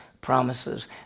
promises